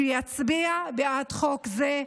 שיצביע בעד חוק זה,